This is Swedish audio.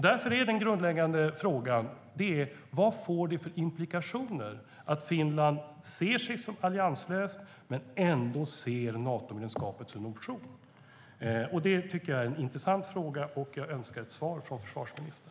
Därför är den grundläggande frågan vilka implikationer det får att Finland ser sig som allianslöst men ändå ser Natomedlemskapet som option. Det är en intressant fråga. Jag önskar ett svar från försvarsministern.